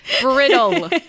brittle